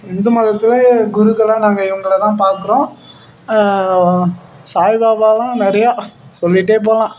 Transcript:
இந்து மதத்திலே குருக்களா நாங்கள் இவங்கள தான் பார்க்குறோம் சாய்பாபாவெலாம் நிறையா சொல்லிகிட்டே போகலாம்